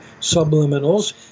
subliminals